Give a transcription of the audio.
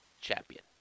champion